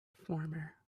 former